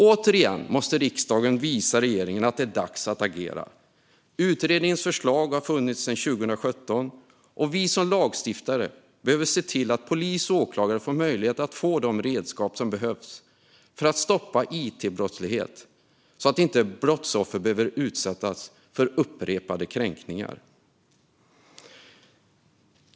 Återigen måste riksdagen visa regeringen att det är dags att agera. Utredningens förslag har funnits sedan 2017. Vi som lagstiftare behöver se till att polis och åklagare får möjlighet att få de redskap som behövs för att stoppa it-brottslighet så att inte brottsoffer behöver utsättas för upprepade kränkningar.